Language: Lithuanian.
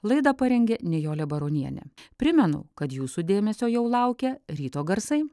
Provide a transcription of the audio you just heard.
laidą parengė nijolė baronienė primenu kad jūsų dėmesio jau laukia ryto garsai